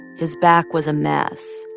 his back was a mess.